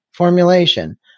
formulation